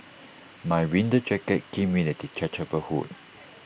my winter jacket came with A detachable hood